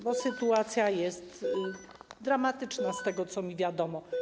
Bo sytuacja jest dramatyczna z tego, co mi wiadomo.